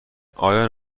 آیا